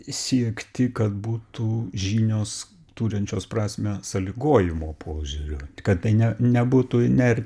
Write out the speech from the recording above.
siekti kad būtų žinios turinčios prasmę sąlygojimo požiūrio kad tai ne nebūtų iner